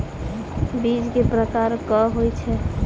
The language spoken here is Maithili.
बीज केँ प्रकार कऽ होइ छै?